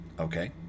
Okay